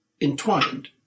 entwined